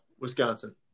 wisconsin